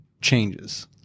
changes